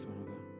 Father